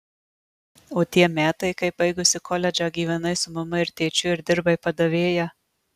o tie metai kai baigusi koledžą gyvenai su mama ir tėčiu ir dirbai padavėja